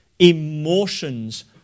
emotions